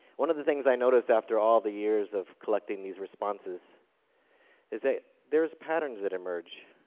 one of the things i noticed after all the years of collecting these responses is that there is patterns that emerge.